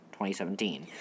2017